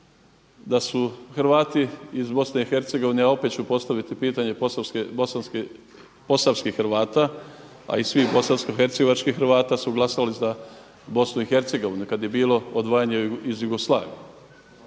da su Hrvati iz Bosne i Hercegovine, opet ću postaviti pitanje posavskih Hrvata, a i svih bosansko hercegovačkih Hrvata, su glasali za Bosnu i Hercegovinu kada je bilo odvajanje iz Jugoslavije.